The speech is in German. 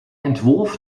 entwurf